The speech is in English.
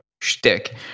shtick